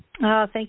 Thank